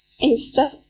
Insta